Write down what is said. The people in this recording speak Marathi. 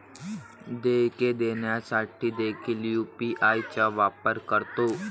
देयके देण्यासाठी देखील यू.पी.आय चा वापर करतो